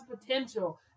potential